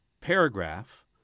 paragraph